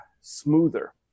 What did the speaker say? smoother